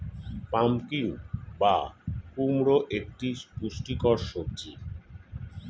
pumpkin বা কুমড়ো একটি পুষ্টিকর সবজি